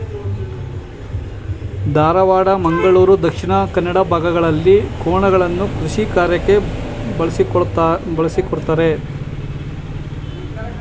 ಧಾರವಾಡ, ಮಂಗಳೂರು ದಕ್ಷಿಣ ಕನ್ನಡ ಭಾಗಗಳಲ್ಲಿ ಕೋಣಗಳನ್ನು ಕೃಷಿಕಾರ್ಯಕ್ಕೆ ಬಳಸ್ಕೊಳತರೆ